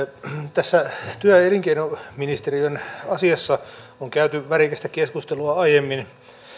tässä työ ja elinkeinoministeriön asiassa on käyty värikästä keskustelua aiemmin